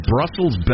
Brussels